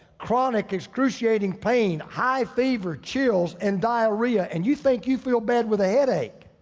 chronic excruciating pain, high fever, chills and diarrhea. and you think you feel bad with a headache.